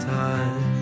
time